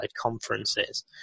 conferences